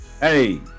hey